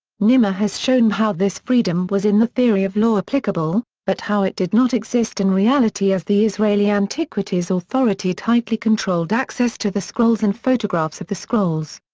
nimmer has shown how this freedom was in the theory of law applicable, but how it did not exist in reality as the israeli antiquities authority tightly controlled access to the scrolls and photographs of the scrolls.